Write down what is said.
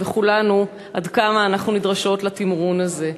וכולנו, עד כמה אנחנו נדרשות לתמרון הזה.